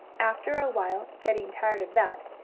after a while, getting tired of that,